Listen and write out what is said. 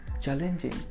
challenging